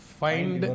find